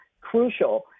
crucial